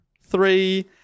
three-